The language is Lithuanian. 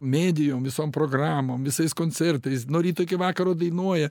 medijom visom programom visais koncertais nuo ryto iki vakaro dainuoja